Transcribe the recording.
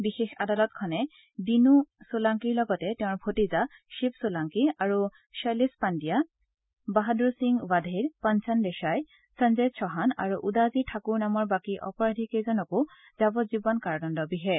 বিশেষ আদালতখনে দীনু চোলাংকিৰ লগতে তেওঁৰ ভতিজা শিৱ চোলাংকি আৰু শৈলেশ পাণ্ডিয়া বাহাদুৰসিং ৱাধেৰ পঞ্চান দেশাই সঞ্জয় চৌহান আৰু উদাজী ঠাকুৰ নামৰ বাকী অপৰাধীকেইজনকো যাৱজ্ঞীৱন কাৰাদণ্ড বিহে